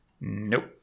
Nope